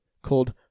called